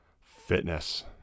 fitness